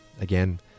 Again